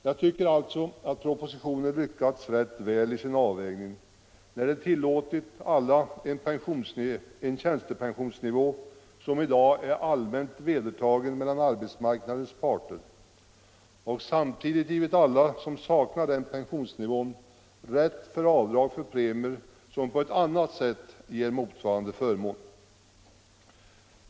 Jag tycker alltså att propositionen lyckats rätt väl i sin avvägning när den tillåtit alla en tjänstepensionsnivå som i dag är allmänt vedertagen mellan arbetsmarknadens parter och som samtidigt givit alla som saknar den pensionsnivån rätt att få avdrag för premier som på annat sätt ger motsvarande förmån.